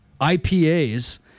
IPAs